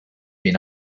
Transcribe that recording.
been